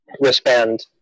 wristband